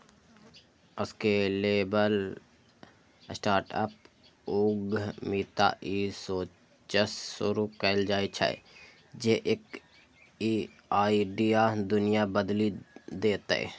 scalable startup उद्यमिता ई सोचसं शुरू कैल जाइ छै, जे एक दिन ई आइडिया दुनिया बदलि देतै